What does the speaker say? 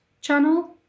channel